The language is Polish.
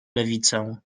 lewicę